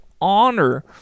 honor